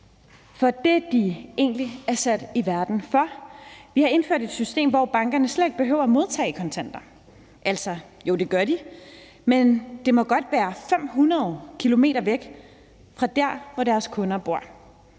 til det, de egentlig er sat i verden for. Vi har indført et system, hvor bankerne slet ikke behøver at modtage kontanter – altså, jo det gør de – men det må godt være 500 km væk fra dér, hvor deres kunder bor.